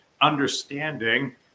understanding